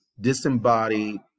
disembodied